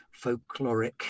folkloric